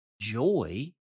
joy